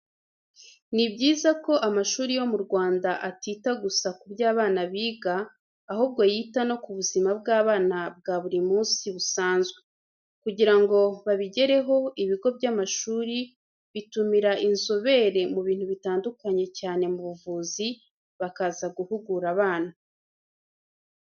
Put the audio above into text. Ni byiza ko amashuri yo mu Rwanda atita gusa ku byo abana biga, ahubwo yita no ku buzima bw'abana bwa buri munsi busanzwe. Kugira ngo babigereho, ibigo by'amashuri bitumira inzobere mu bintu bitandukanye cyane mu buvuzi bakaza guhugura abana.